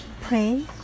Pray